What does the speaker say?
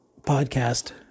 podcast